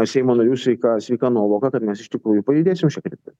seimo narių sveika sveika nuovoka kad mes iš tikrųjų pajudėsim šia kryptim